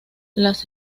las